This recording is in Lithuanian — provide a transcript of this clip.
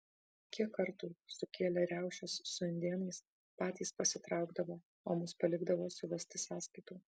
kiek kartų sukėlę riaušes su indėnais patys pasitraukdavo o mus palikdavo suvesti sąskaitų